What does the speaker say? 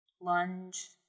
lunge